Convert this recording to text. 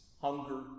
Hunger